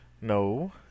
No